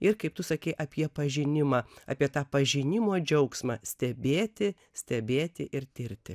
ir kaip tu sakei apie pažinimą apie tą pažinimo džiaugsmą stebėti stebėti ir tirti